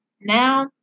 now